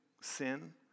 sin